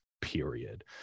period